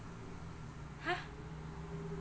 !huh!